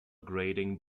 grading